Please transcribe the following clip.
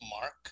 Mark